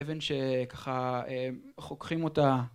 אבן שככה חוכחים אותה